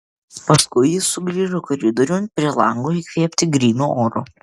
paskui jis sugrįžo koridoriun prie lango įkvėpti gryno oro